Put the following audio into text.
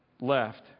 left